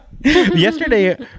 yesterday